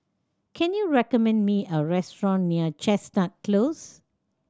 can you recommend me a restaurant near Chestnut Close